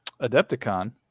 adepticon